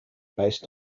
based